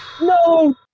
No